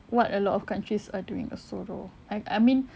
what a lot of countries are doing also lor I I mean